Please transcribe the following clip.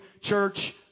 church